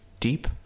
deep